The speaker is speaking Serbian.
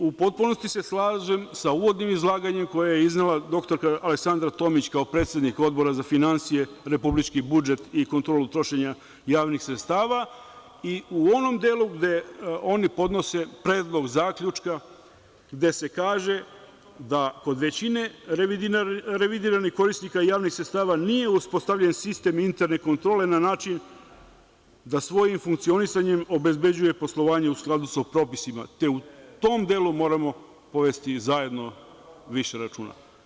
U potpunosti se slažem sa uvodnim izlaganjem koje je iznela dr Aleksandra Tomić, kao predsednik Odbora za finansije, republički budžet i kontrolu trošenja javnih sredstava i u onom delu gde oni podnose predlog zaključka, gde se kaže da kod većine revidiranih korisnika javnih sredstava nije uspostavljen sistem interne kontrole na način da svojim funkcionisanjem obezbeđuje poslovanje u skladu sa propisima, te u tom delu moramo povesti zajedno više računa.